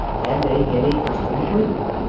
and a henny customer waiting.